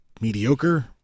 mediocre